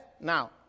Now